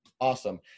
Awesome